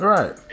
Right